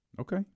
Okay